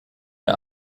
der